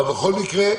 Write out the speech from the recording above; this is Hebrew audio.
בכל מקרה,